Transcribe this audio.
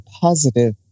positive